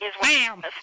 Bam